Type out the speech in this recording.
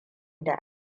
da